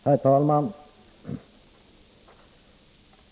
Herr talman!